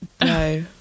no